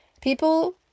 People